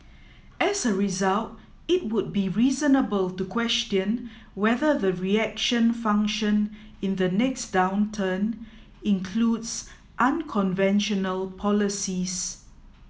as a result it would be reasonable to question whether the reaction function in the next downturn includes unconventional policies